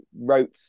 wrote